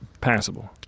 passable